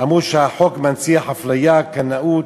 ואמרו שהחוק מנציח אפליה, קנאות,